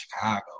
Chicago